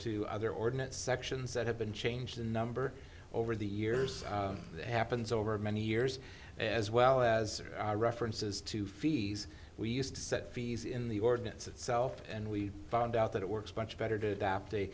to other ordinance sections that have been changed in number over the years that happens over many years as well as references to fees we used to set fees in the ordinance itself and we found out that it works much better to adapt